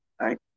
right